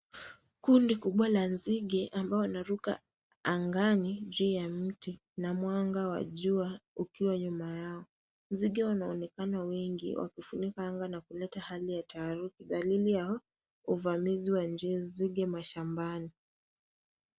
Kundi kubwa la nzige, ambao wanaruka angani juu ya mti na mwanga wa jua ukiwa nyuma yao. Nzige wanaoneka wengi, wakifunika anga na kuleta hali ya taharuki. Dalili ya uvamizi wa nzige mashambani.